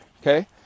okay